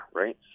right